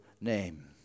name